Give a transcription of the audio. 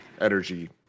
energy